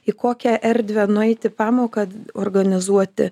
į kokią erdvę nueiti į pamoką organizuoti